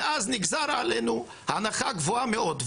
ונגזרת עלינו הנחה גבוהה מאוד.